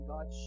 God